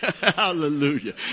Hallelujah